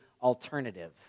alternative